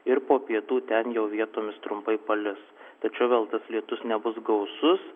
ir po pietų ten jau vietomis trumpai palis tačiau vėl tas lietus nebus gausus